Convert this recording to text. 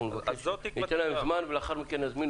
אנחנו ניתן להם זמן ולאחר מכן נזמין